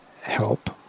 help